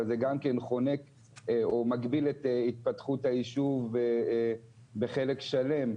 שזה גם כן חונק או מגביל את התפתחות היישוב בחלק שלם.